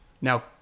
Now